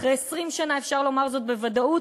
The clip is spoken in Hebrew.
אחרי 20 שנה אפשר לומר זאת בוודאות.